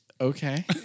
Okay